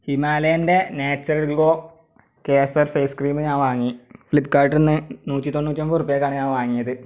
ഹിമാലയൻ്റെ natural glow Kesar face cream ഞാൻ വാങ്ങി Flipkart നിന്ന് നൂറ്റി തൊണ്ണുറ്റി ഒമ്പത് രൂപയ്ക്കാണ് ഞാൻ വാങ്ങിയത്